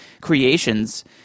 creations –